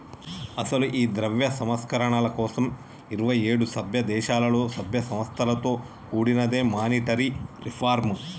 అసలు ఈ ద్రవ్య సంస్కరణల కోసం ఇరువైఏడు సభ్య దేశాలలో సభ్య సంస్థలతో కూడినదే మానిటరీ రిఫార్మ్